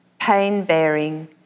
pain-bearing